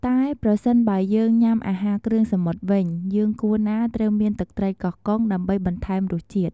តែប្រសិនបើយើងញុាំអាហារគ្រឿងសមុទ្រវិញ យើងគួរណាត្រូវមានទឹកត្រីកោះកុងដើម្បីបន្ថែមរសជាតិ។